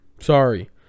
sorry